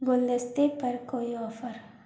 गुलदस्ते पर कोई ऑफर